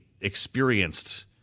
experienced